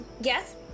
Yes